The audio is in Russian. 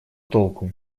толку